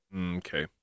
Okay